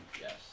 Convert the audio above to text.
Yes